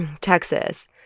Texas